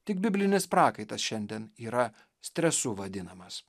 tik biblinis prakaitas šiandien yra stresu vadinamas